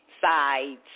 sides